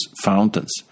fountains